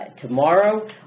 Tomorrow